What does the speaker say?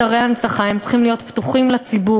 אתרי ההנצחה, הם צריכים להיות פתוחים לציבור.